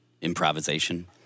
improvisation